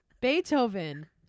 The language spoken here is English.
Beethoven